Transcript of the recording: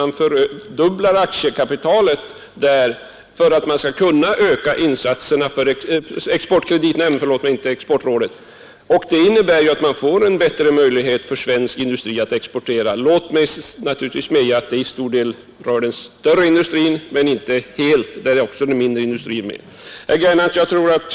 Man fördubblar aktiekapitalet för att kunna öka insatserna, vilket innebär att svensk industri får bättre möjligheter att exportera. Låt mig medge att det till stor del rör den större industrin, men även den mindre industrin är med.